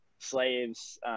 slaves